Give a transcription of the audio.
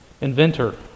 inventor